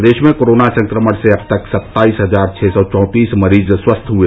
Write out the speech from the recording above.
प्रदेश में कोरोना संक्रमण से अब तक सत्ताईस हजार छ सौ चौंतीस मरीज स्वस्थ हुए